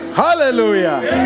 Hallelujah